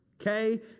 Okay